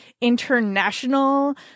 international